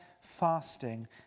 fasting